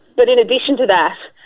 but in addition to that,